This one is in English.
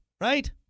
right